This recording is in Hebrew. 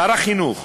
שר החינוך,